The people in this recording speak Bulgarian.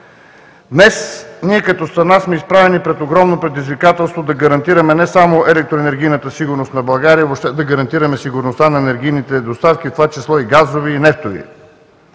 Днес ние като страна сме изправени пред огромно предизвикателство – да гарантираме не само електроенергийната сигурност на България, а въобще да гарантираме сигурността на енергийните доставки, в това число и газови и нефтови.